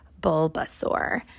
Bulbasaur